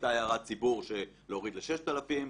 הייתה הערת ציבור להוריד ל-6,000.